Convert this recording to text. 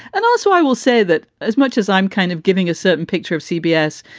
and also, i will say that as much as i'm kind of giving a certain picture of cbs,